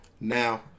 Now